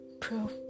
proof